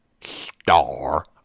star